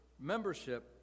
membership